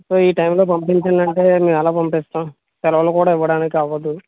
so ఈ time లో పంపిచండి అంటే మేము ఎలా పంపిస్తాము సెలవులు కూడా ఇవ్వడానికి అవ్వదు